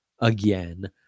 again